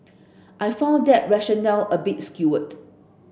I found that rationale a bit skewed